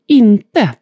inte